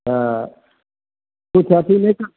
तऽ किछु अथी नहि